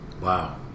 Wow